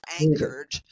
anchored